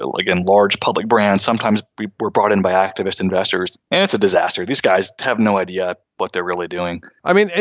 again, large public brands. sometimes we're brought in by activist investors. and it's a disaster. these guys have no idea what they're really doing i mean,